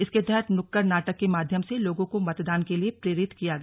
इसके तहत नुक्कड़ नाटक के माध्यम से लोगों को मतदान के लिए प्रेरित किया गया